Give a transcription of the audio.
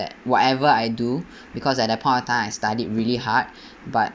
whatever I do because at that point of time I studied really hard but